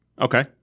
Okay